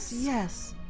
yes.